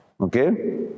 okay